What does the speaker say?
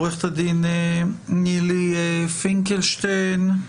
עו"ד נילי פינקלשטיין,